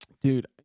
dude